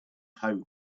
hope